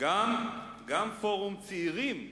גם פורום צעירים,